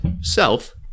self